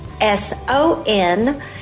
S-O-N